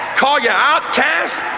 call you outcasts,